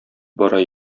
бара